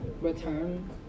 return